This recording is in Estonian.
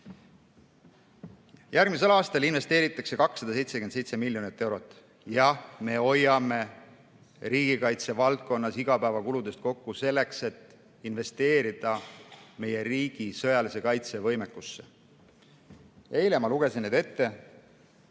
Järgmisel aastal investeeritakse 277 miljonit eurot. Jah, me hoiame riigikaitse valdkonnas igapäevakuludes kokku, selleks et investeerida meie riigi sõjalise kaitse võimekusse. Eile ma lugesin ette,